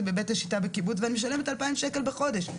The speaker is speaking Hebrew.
בבית השיטה ואני משלמת על זה 2,000 ₪ בחודש,